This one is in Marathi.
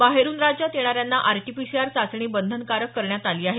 बाहेरुन राज्यात येणाऱ्यांना आरटीपीसीआर चाचणी बंधनकारक करण्यात आली आहे